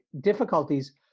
difficulties